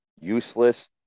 useless